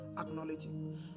acknowledging